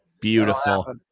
Beautiful